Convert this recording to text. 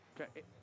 Okay